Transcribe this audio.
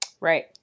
Right